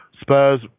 Spurs